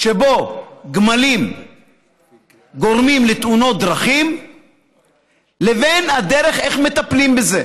שגמלים גורמים לתאונות דרכים לבין הדרך שבה מטפלים בזה.